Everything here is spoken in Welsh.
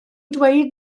dweud